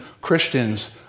Christians